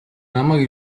намайг